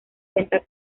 cuenta